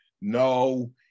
No